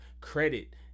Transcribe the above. credit